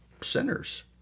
sinners